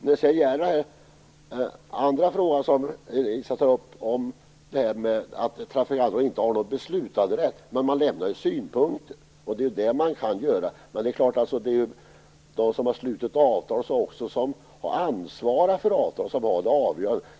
Den andra fråga som Elisa Abascal Reyes tog upp var att trafikantrådet inte har någon beslutanderätt. Men det lämnar ju synpunkter. Det är de som har slutit avtalet och som ansvarar för avtalet som har avgörandet.